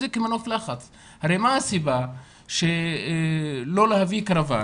הרי מה הסיבה שלא להביא קרוואן